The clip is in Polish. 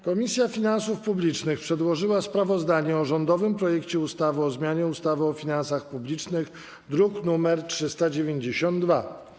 Komisja Finansów Publicznych przedłożyła sprawozdanie o rządowym projekcie ustawy o zmianie ustawy o finansach publicznych, druk nr 392.